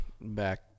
back